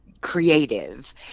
creative